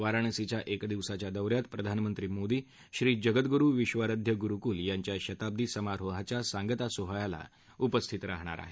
वाराणसीच्या एकदिवसाच्या दौऱ्यात प्रधानमंत्री मोदी श्री जगदगुरु विश्वाराध्द गुरुकुल याच्या शताब्दी सामारोहच्या सांगता सोहळ्याला उपस्थित राहणार आहेत